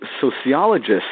sociologists